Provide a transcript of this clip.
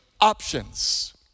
options